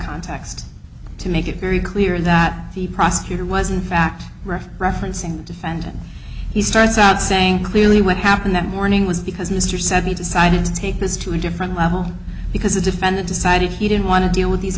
context to make it very clear that the prosecutor was in fact referencing the defendant he starts out saying clearly what happened that morning was because mr sethi decided to take this to a different level because the defendant decided he didn't want to deal with these